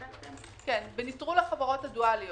בנטרול החברות הדואליות,